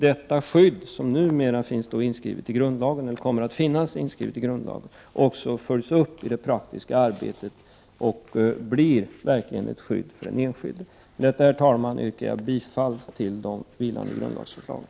Det skydd som nu finns inskrivet i grundlagen måste följas upp i det praktiska arbetet och verkligen utgöra ett skydd för den enskilde. Med detta, herr talman, yrkar jag bifall till de vilande grundlagsförslagen.